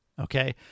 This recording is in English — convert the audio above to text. Okay